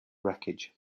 wreckage